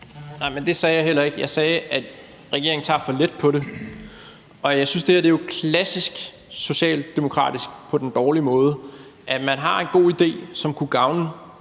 Nej, men det sagde jeg heller ikke. Jeg sagde, at regeringen tager for let på det. Og det her er jo klassisk socialdemokratisk på den dårlige måde: Man har en god idé, som kunne gavne